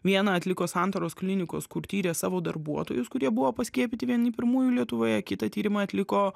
vieną atliko santaros klinikos kur tyrė savo darbuotojus kurie buvo paskiepyti vieni pirmųjų lietuvoje kitą tyrimą atliko